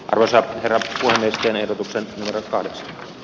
rosa ryhtyneet osan kahdeksan